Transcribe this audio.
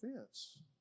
offense